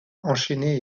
enchaîné